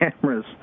cameras